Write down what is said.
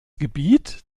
gebiet